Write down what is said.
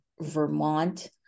Vermont